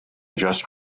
just